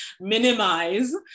minimize